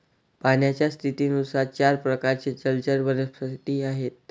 पाण्याच्या स्थितीनुसार चार प्रकारचे जलचर वनस्पती आहेत